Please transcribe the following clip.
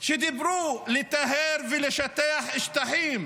כשדיברו על לטהר ולשטח שטחים,